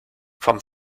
vom